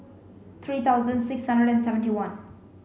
three thousand six hundred and seventy one